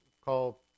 call